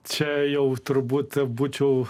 čia jau turbūt būčiau